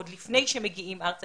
עוד לפני שהם מגיעים ארצה.